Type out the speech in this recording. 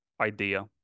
idea